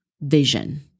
vision